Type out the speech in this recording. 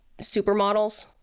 supermodels